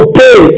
pay